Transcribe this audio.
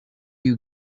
you